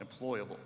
employable